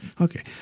Okay